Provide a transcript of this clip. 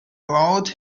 brought